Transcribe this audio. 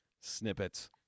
snippets